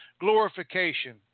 glorification